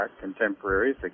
contemporaries